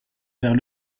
vers